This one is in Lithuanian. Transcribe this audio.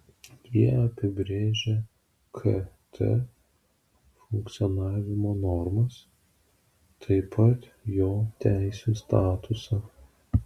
jie apibrėžia kt funkcionavimo normas taip pat jo teisėjų statusą